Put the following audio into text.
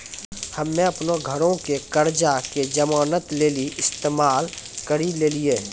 हम्मे अपनो घरो के कर्जा के जमानत लेली इस्तेमाल करि लेलियै